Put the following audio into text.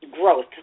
growth